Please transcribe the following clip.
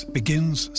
begins